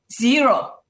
Zero